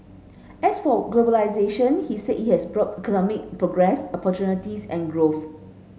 as for globalisation he said it has brought economic progress opportunities and growth